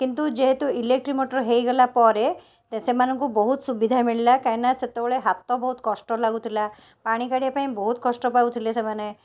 କିନ୍ତୁ ଯେହେତୁ electric motor ହେଇଗଲା ପରେ ସେମାନଙ୍କୁ ବହୁତ ସୁବିଧା ମିଳିଲା କାହିଁକିନା ସେତେବେଳେ ହାତ ବହୁତ କଷ୍ଟ ଲାଗୁଥିଲା ପାଣି କାଢ଼ିବାପାଇଁ ବହୁତ କଷ୍ଟ ପାଉଥିଲେ ସେମାନେ